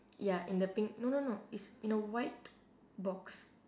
ya in the pink no no no it's in a white box